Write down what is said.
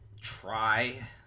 try